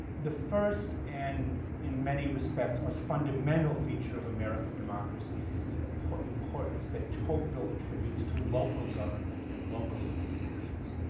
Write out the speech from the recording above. the first and, in many respects, most fundamental feature of american democracy is the ah importance that tocqueville attributes to local government and local institutions,